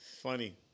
Funny